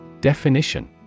Definition